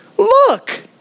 Look